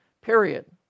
period